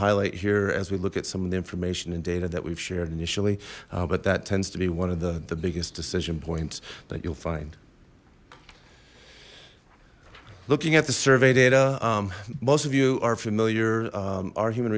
highlight here as we look at some of the information and data that we've shared initially but that tends to be one of the the biggest decision points that you'll find looking at the survey data most of you are familiar our human